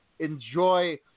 Enjoy